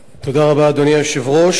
אדוני היושב-ראש,